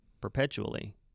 perpetually